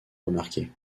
remarquée